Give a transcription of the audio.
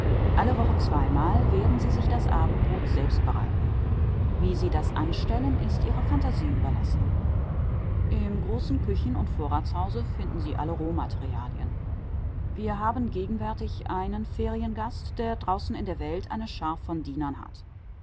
alle woche zweimal werden sie sich das abendbrot selbst bereiten wie sie das anstellen ist ihrer phantasie überlassen im großen küchen und vorratshause finden sie alle rohmaterialien wir haben gegenwärtig einen feriengast der draußen in der welt eine schar von dienern hat